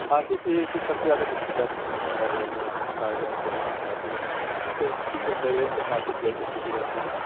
خاصیت یہ ہے کہ سب سے زیادہ بکتی جاسمین ہی ہے اور آلموسٹ سارے لوگوں کو یہی پسند آتی ہے کیونکہ اس کی جو فریگرینس ہے کافی دیر تک ٹکی رہتی ہے